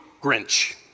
Grinch